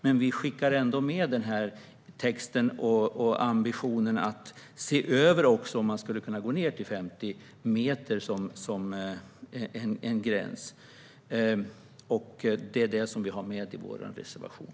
Men vi skickar ändå med den här texten och ambitionen att se över om man skulle kunna gå ned till 50 meter som en gräns. Det är det vi har med i vår reservation.